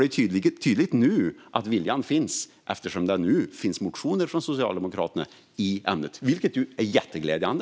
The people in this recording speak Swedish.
Det är ju tydligt att viljan finns nu eftersom det finns motioner från Socialdemokraterna i ämnet, vilket är jätteglädjande.